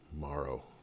tomorrow